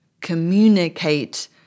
communicate